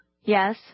Yes